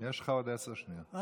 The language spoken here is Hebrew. יש לך עוד עשר שניות להגיד עוד משהו.